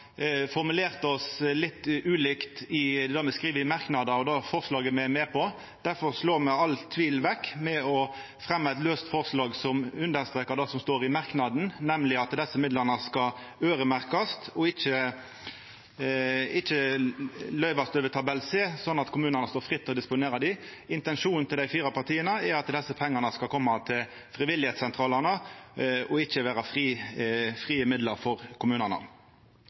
formulert oss litt ulikt i det me skriv i merknader og det forslaget me er med på. Difor slår me all tvil bort ved å fremja eit forslag som understreker det som står i merknaden, nemlig at desse midla skal øyremerkast, ikkje løyvast under tabell C, slik at kommunane ikkje står fritt til å disponera dei. Intensjonen til desse fire partia er at desse pengane skal koma til frivilligsentralane og ikkje vera frie midlar for kommunane.